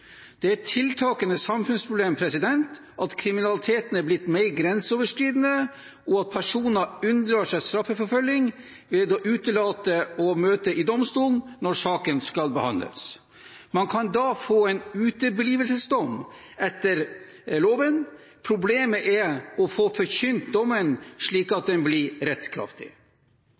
Det er et tiltakende samfunnsproblem at kriminaliteten er blitt mer grenseoverskridende, og at personer unndrar seg straffeforfølgning ved å utelate å møte i domstolen når saken skal behandles. Man kan da få en uteblivelsesdom etter loven. Problemet er å få forkynt dommen, slik at den blir rettskraftig.